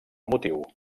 motiu